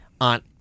on